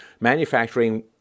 manufacturing